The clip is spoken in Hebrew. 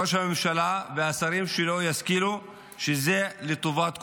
ראש הממשלה והשרים שלו ישכילו שזה לטובת כולם,